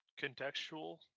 contextual